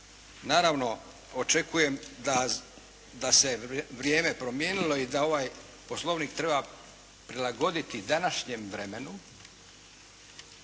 Naravno, očekujem da se vrijeme promijenilo i da ovaj Poslovnik treba prilagoditi današnjem vremenu